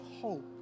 hope